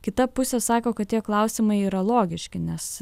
kita pusė sako kad tie klausimai yra logiški nes